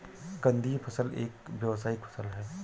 कंदीय फसल एक व्यावसायिक फसल है